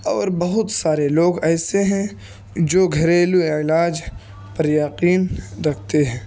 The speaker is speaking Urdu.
اور بہت سارے لوگ ایسے ہیں جو گھریلو علاج پر یقین رکھتے ہیں